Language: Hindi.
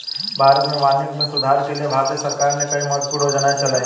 भारत में वानिकी में सुधार के लिए भारतीय सरकार ने कई महत्वपूर्ण योजनाएं चलाई